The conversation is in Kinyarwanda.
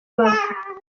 bava